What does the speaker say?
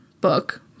book